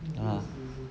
ah